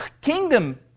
kingdom